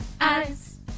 eyes